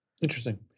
interesting